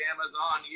Amazon